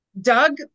Doug